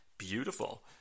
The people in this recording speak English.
Beautiful